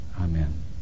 Amen